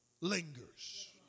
lingers